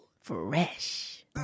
Fresh